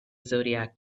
zodiac